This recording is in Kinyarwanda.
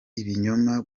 ibinyoma